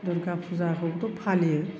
दुर्गा फुजाखौबोथ' फालियो